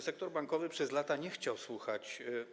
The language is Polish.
Sektor bankowy przez lata nie chciał słuchać.